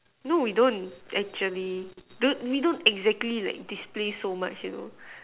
no we don't actually don't we don't exactly like display so much you know